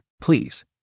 Please